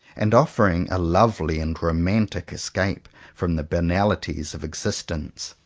and offering a lovely and romantic escape from the banali ties of existence.